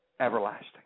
everlasting